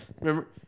Remember